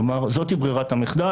כלומר, זוהי ברירת המחדל.